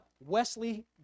Wesley